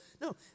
No